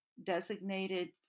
designated